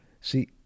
See